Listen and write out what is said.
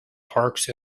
parks